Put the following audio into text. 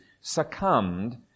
succumbed